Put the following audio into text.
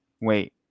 Wait